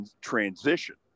transition